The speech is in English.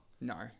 No